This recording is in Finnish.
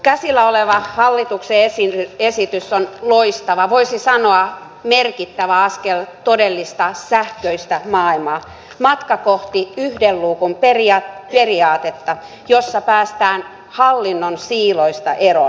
käsillä oleva hallituksen esitys on loistava voisi sanoa merkittävä askel todellista sähköistä maailmaa matka kohti yhden luukun periaatetta jossa päästään hallinnon siiloista eroon